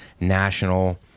national